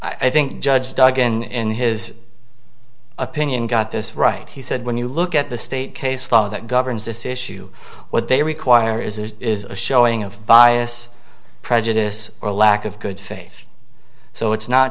i think judge doug in his opinion got this right he said when you look at the state case follow that governs this issue what they require is there is a showing of bias prejudice or a lack of good faith so it's not